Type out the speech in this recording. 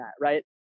Right